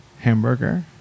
hamburger